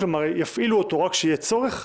כלומר יפעילו אותו רק כשיהיה צורך.